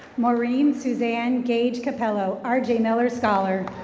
maurine susanne gauge capello um rj miller scholar.